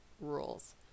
rules